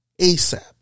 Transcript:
ASAP